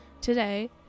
today